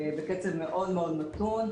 בקצב מאוד מאוד מאוד מתון.